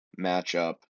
matchup